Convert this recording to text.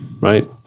Right